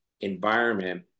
environment